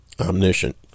omniscient